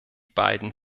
beiden